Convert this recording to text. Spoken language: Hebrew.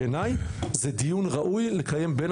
בעיניי, זה דיון שראוי לקיים בין